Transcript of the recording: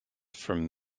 from